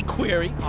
Query